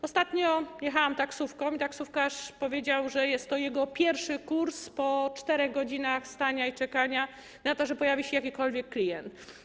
Ostatnio jechałam taksówką i taksówkarz powiedział, że jest to jego pierwszy kurs po czterech godzinach stania i czekania na to, że pojawi się jakikolwiek klient.